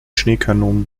schneekanonen